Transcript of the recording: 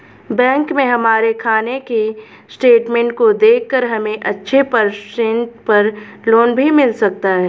bank में हमारे खाने की स्टेटमेंट को देखकर हमे अच्छे परसेंट पर लोन भी मिल सकता है